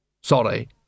Sorry